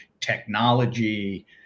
technology